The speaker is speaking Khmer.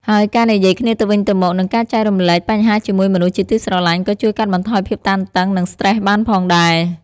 ហើយការនិយាយគ្នាទៅវិញទៅមក និងការចែករំលែកបញ្ហាជាមួយមនុស្សជាទីស្រឡាញ់ ក៏ជួយកាត់បន្ថយភាពតានតឹង និងស្ត្រេសបានផងដែរ។